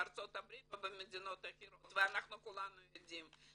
בארצות הברית ובמדינות אחרות וכולנו יודעים,